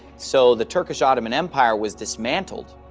so the turkish-ottoman empire was dismantled.